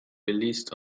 released